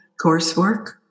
coursework